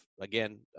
again